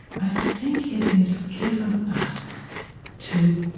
i think it is given us to